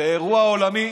באירוע עולמי.